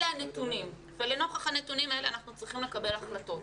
אלה הנתונים ולנוכח הנתונים האלה אנחנו צריכים לקבל החלטות.